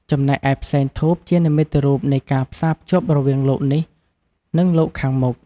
ចំណែកឯផ្សែងធូបជានិមិត្តរូបនៃការផ្សារភ្ជាប់រវាងលោកនេះ និងលោកខាងមុខ។